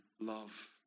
love